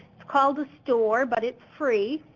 it's called the store, but it's free,